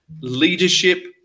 Leadership